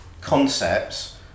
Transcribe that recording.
concepts